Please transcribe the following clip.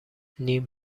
نیم